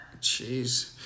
Jeez